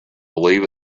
believe